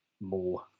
more